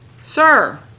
Sir